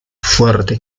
fuerte